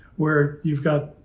where you've got,